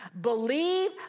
believe